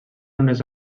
unes